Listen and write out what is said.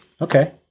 Okay